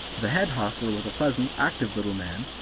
the head hostler was a pleasant, active little man,